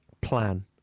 plan